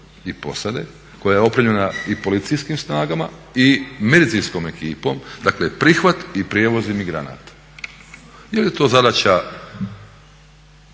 i posade koja je opremljena i policijskim snagama i medicinskom ekipom, dakle prihvat i prijevoz imigranata. Je li to zadaća